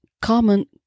common